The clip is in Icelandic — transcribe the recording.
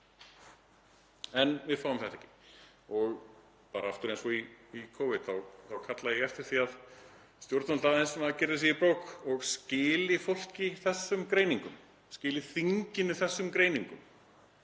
En við fáum þetta ekki. Og bara aftur eins og í Covid þá kalla ég eftir því að stjórnvöld gyrði sig í brók og skili fólki þessum greiningum, skili þinginu þessum greiningum,